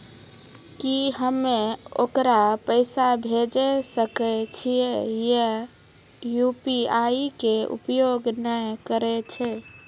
की हम्मय ओकरा पैसा भेजै सकय छियै जे यु.पी.आई के उपयोग नए करे छै?